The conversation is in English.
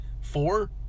four